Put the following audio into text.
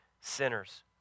sinners